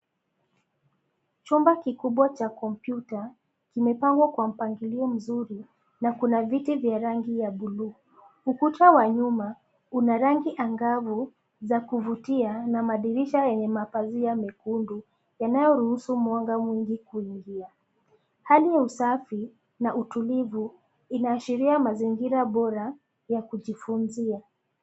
Chumba kikubwa cha kompyuta kimepangwa kwa mpangilio mzuri na kuna viti vya rangi ya buluu. Ukuta wa nyuma una rangi angavu za kuvutia na madirisha yenye mapazia mekundu yanayoruhusu mwanga kuingia. Hali ya usafi na utulivu inaashiria mazingira bora ya kujifunzia.